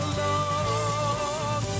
long